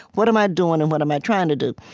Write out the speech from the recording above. what am i doing, and what am i trying to do?